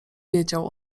wiedział